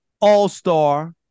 All-Star